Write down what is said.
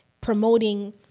promoting